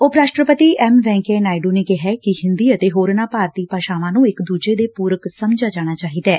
ਉਪ ਰਾਸ਼ਟਰਪਤੀ ਐਮ ਵੈ'ਕਈਆ ਨਾਇਡੂ ਨੇ ਕਿਹੈ ਕਿ ਹਿੰਦੀ ਅਤੇ ਹੋਰਨਾਂ ਭਾਰਤੀ ਭਾਸ਼ਾਵਾਂ ਨੂੰ ਇਕ ਦੂਜੇ ਦੇ ਪੂਰਕ ਸਮਝਿਆ ਜਾਣਾ ਚਾਹੀਦੈ